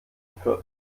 fürth